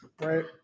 Right